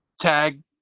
tag